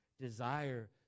desire